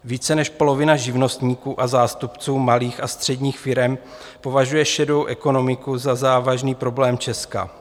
Více než polovina živnostníků a zástupců malých a středních firem považuje šedou ekonomiku za závažný problém Česka.